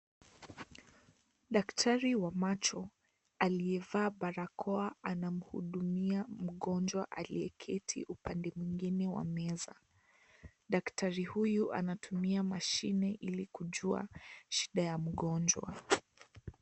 Daktari wa macho aliyevaa barakoa anamuhudumia mgonjwa aliyeketi upande mwingine wa meza, daktari huyu anatumia mashini ili kujua shida ya mgonjwa.